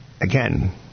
again